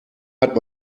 hat